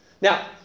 Now